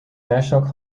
national